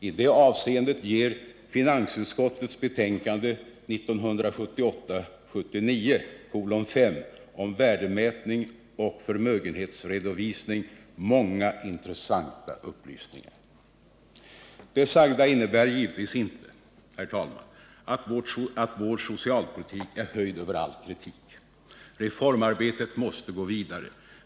I det avseendet ger finansutskottets betänkande 1978/79:5 om värdemätning och förmögenhetsredovisning många intressanta upplysningar. Det sagda innebär, herr talman, givetvis inte att vår socialpolitik är höjd över all kritik. Reformarbetet måste gå vidare.